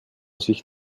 sich